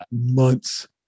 months